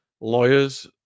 Lawyers